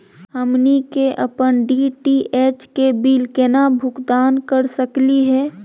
हमनी के अपन डी.टी.एच के बिल केना भुगतान कर सकली हे?